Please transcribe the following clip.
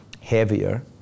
heavier